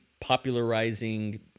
popularizing